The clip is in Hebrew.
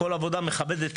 כל עבודה מכבדת